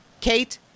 Kate